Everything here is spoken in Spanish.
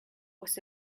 pues